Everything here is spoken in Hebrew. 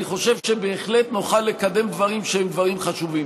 אני חושב שבהחלט נוכל לקדם דברים שהם דברים חשובים.